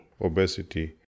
Obesity